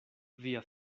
via